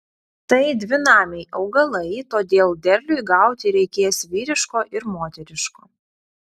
tai dvinamiai augalai todėl derliui gauti reikės vyriško ir moteriško